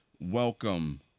Welcome